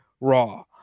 Raw